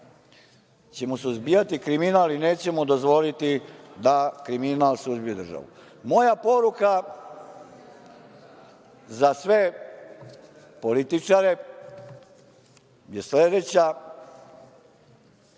ćemo suzbijati kriminal i nećemo dozvoliti da kriminal suzbije državu. Moja poruka za sve političare je sledeća